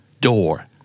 Door